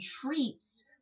treats